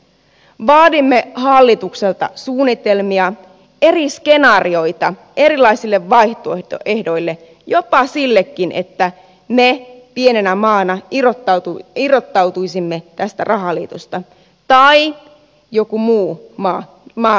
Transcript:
vaadimme hallitukselta suunnitelmia eri skenaarioita erilaisille vaihtoehdoille jopa sillekin että me pienenä maana irrottautuisimme tästä rahaliitosta tai joku muu maa lähtee pois